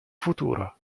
futuro